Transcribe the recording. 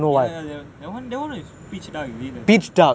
ya ya ya the that [one] that [one] is pitch dark is it